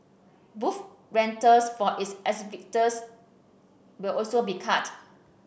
booth rentals for its exhibitors will also be cut